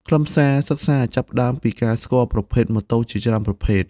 ខ្លឹមសារសិក្សាចាប់ផ្តើមពីការស្គាល់ប្រភេទម៉ូតូជាច្រើនប្រភេទ។